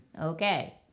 Okay